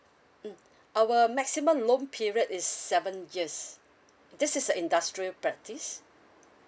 mm our maximum loan period is seven years this is a industrial practice